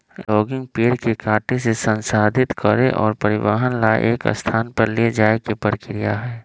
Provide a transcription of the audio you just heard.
logging पेड़ के काटे से, संसाधित करे और परिवहन ला एक स्थान पर ले जाये के प्रक्रिया हई